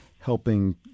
helping